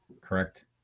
correct